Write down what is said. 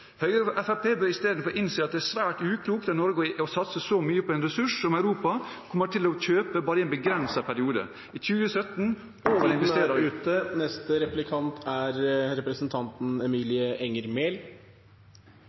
Høyre og Fremskrittspartiet bør i stedet innse at det er svært uklokt av Norge å satse så mye på en ressurs som Europa kommer til å kjøpe bare i en begrenset periode. I 2017